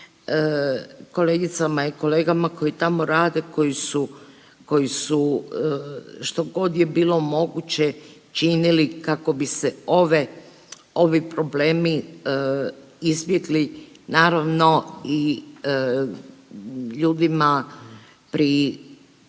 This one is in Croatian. kolegicama i kolegama koji tamo rade, koji su, koji su što god je bilo moguće činili kako bi se ove, ovi problemi izbjegli naravno i ljudima pri